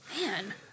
Man